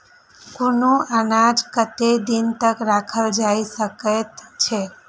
कुनू अनाज कतेक दिन तक रखल जाई सकऐत छै?